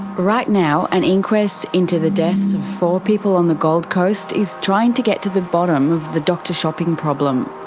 right now an inquest into the deaths of four people on the gold coast is trying to get to the bottom of the doctor shopping problem.